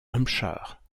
hampshire